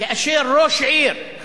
כאשר ראש עיר,